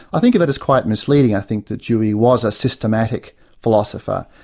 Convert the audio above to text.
i think of it as quite misleading, i think, that dewey was a systematic philosopher,